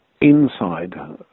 inside